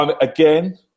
again